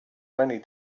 many